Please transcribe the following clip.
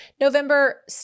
November